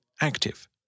active